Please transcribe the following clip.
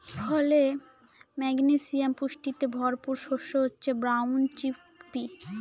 ফলে, ম্যাগনেসিয়াম পুষ্টিতে ভরপুর শস্য হচ্ছে ব্রাউন চিকপি